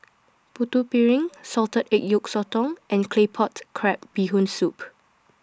Putu Piring Salted Egg Yolk Sotong and Claypot Crab Bee Hoon Soup